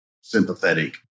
sympathetic